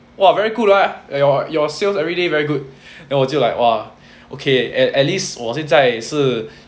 !wah! very good lah your your sales every day very good then 我就 like !wah! okay and at least 我现在是